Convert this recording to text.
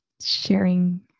sharing